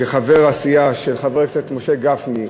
כחבר הסיעה של חבר הכנסת משה גפני,